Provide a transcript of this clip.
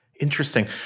Interesting